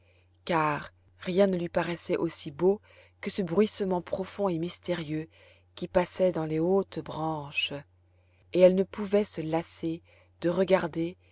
car rien ne lui paraissait aussi beau que ce bruissement profond et mystérieux qui passait dans les hautes branches et elle ne pouvait se lasser de regarder